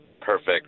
perfect